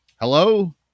hello